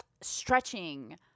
stretching